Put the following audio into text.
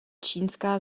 čínská